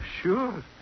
Sure